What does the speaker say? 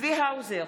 צבי האוזר,